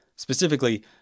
Specifically